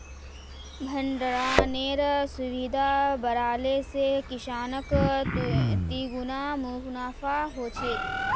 भण्डरानेर सुविधा बढ़ाले से किसानक तिगुना मुनाफा ह छे